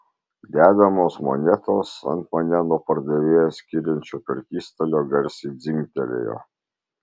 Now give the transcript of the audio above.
dedamos monetos ant mane nuo pardavėjo skiriančio prekystalio garsiai dzingtelėjo